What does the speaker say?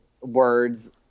words